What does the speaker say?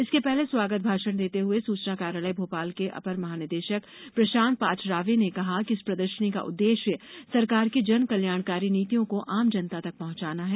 इसके पहले स्वागत भाषण देते हुए पत्र सूचना कार्यालय भोपाल के अपर महानिदेशक प्रशांत पाठरावे ने कहा कि इस प्रदर्शनी का उद्देश्य सरकार की जन कल्याणकारी नीतियों को आम जनता तक पहुंचाना है